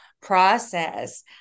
process